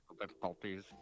difficulties